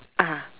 ah